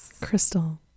Crystal